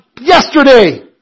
yesterday